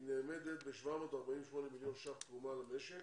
נאמדת ב-748 מיליון שקלים תרומה למשק.